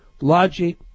logic